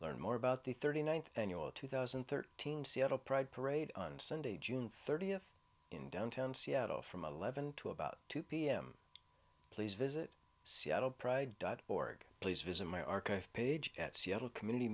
learn more about the thirty ninth annual two thousand and thirteen seattle pride parade on sunday june thirtieth in downtown seattle from eleven to about two pm please visit seattle pride dot org please visit my archive page at seattle community